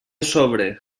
sobre